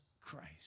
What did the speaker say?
Christ